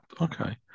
okay